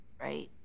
right